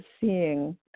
seeing